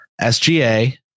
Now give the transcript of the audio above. SGA